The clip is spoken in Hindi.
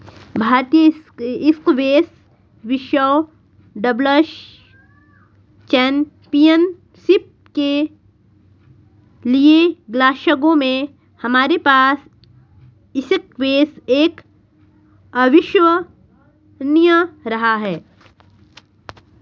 भारतीय स्क्वैश विश्व डबल्स चैंपियनशिप के लिएग्लासगो में हमारे पास स्क्वैश एक अविश्वसनीय रहा है